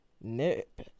Nip